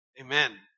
Amen